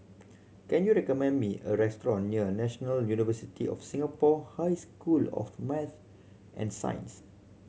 can you recommend me a restaurant near National University of Singapore High School of Math and Science